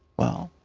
well,